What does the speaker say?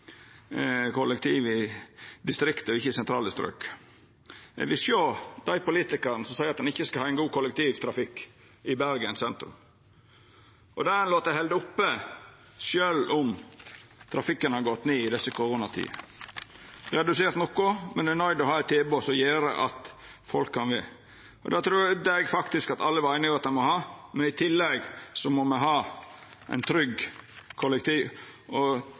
i distriktet, ikkje i sentrale strøk. Eg vil sjå dei politikarane som seier at ein ikkje skal ha ein god kollektivtrafikk i Bergen sentrum, og det har ein lote halda oppe sjølv om trafikken har gått ned i desse koronatidene – ein har redusert noko, men ein er nøydd til å ha eit tilbod som gjer at folk kan verta verande, og det trudde eg faktisk at alle var einige om at ein må ha. Men i tillegg må me ha ein trygg og